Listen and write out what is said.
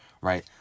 right